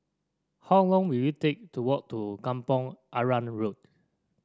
how long will it take to walk to Kampong Arang Road